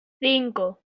cinco